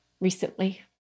recently